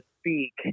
speak